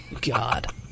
god